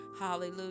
hallelujah